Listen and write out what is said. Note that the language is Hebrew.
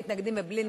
לא, הפסקתי לספור.